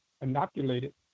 inoculated